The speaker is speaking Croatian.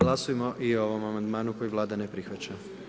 Glasujmo i o ovom amandmanu koji Vlada ne prihvaća.